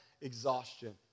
exhaustion